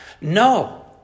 No